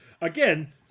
Again